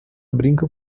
brinca